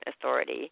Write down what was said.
authority